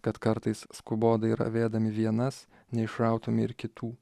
kad kartais skubotai ravėdami vienas neišrautume ir kitų